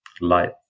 light